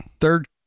third